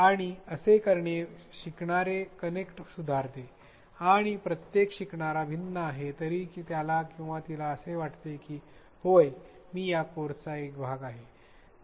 आणि असे करणे शिकणारे कनेक्ट सुधारते आणि प्रत्येक शिकणारा भिन्न आहे तरीही त्याला किंवा तिला असे वाटते की हो मी या कोर्सचा एक भाग आहे